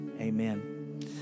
Amen